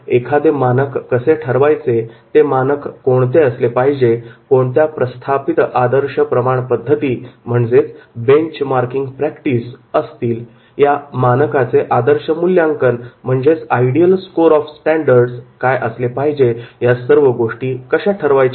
मात्र एखादे मानक कसे ठरवायचे ते मानक कोणते असले पाहिजे कोणत्या प्रस्थापित आदर्श प्रमाण पद्धती benchmarking practice बेंचमार्किंग प्रॅक्टिस असतील या मानकाचे आदर्श मूल्यांकन Ideal Score of Standard ideal score of standard काय असले पाहिजे या सर्व गोष्टी कश्या ठरवायच्या